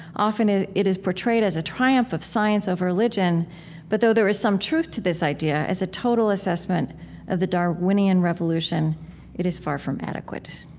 often it it is portrayed as a triumph of science, of religion but though there is some truth to this idea, as a total assessment of the darwinian revolution it is far from adequate.